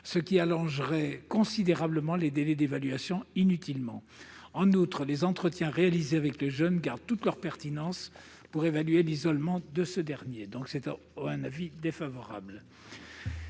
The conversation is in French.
ce qui allongerait considérablement et inutilement les délais d'évaluation. En outre, les entretiens réalisés avec le jeune gardent toute leur pertinence pour évaluer l'isolement de ce dernier. En conséquence, l'avis est défavorable.